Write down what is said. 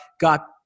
got